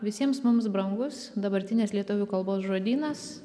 visiems mums brangus dabartinės lietuvių kalbos žodynas